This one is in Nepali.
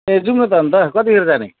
ए जाऔँ न त अनि त कति खेर जाने